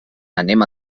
anem